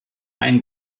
ein